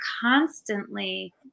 constantly